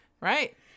Right